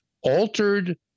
altered